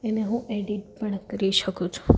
એને હું એડિટ પણ કરી શકું છું